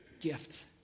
gift